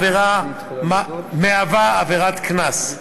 ואינה מהווה עבירת קנס.